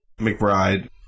McBride